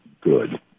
good